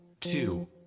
two